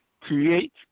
create